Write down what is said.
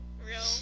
Real